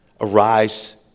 Arise